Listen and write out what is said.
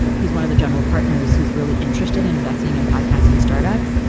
who is one of the general partners who is really interested in investing in podcasting startup.